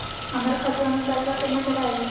हमर खतवा मे पैसवा केना चढाई?